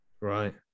right